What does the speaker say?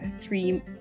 three